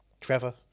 Trevor